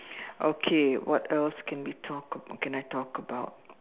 okay what else can we talk about can I talk about